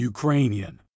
Ukrainian